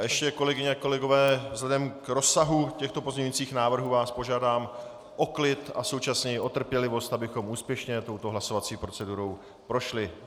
Ještě kolegyně a kolegové, vzhledem k rozsahu pozměňovacích návrhů vás požádám o klid a současně i o trpělivost, abychom úspěšně touto hlasovací procedurou prošli.